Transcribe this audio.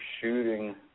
shooting